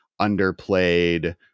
underplayed